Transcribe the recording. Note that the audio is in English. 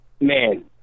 Man